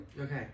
Okay